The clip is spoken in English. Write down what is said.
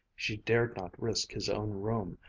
she dared not risk his own room,